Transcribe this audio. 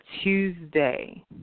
Tuesday